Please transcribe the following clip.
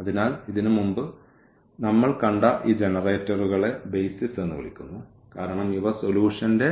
അതിനാൽ ഇതിനുമുമ്പ് നമ്മൾ കണ്ട ഈ ജനറേറ്ററുകളെ ബേസിസ് എന്ന് വിളിക്കുന്നു കാരണം ഇവ സൊല്യൂഷന്റെ